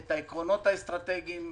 את העקרונות האסטרטגיים.